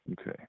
Okay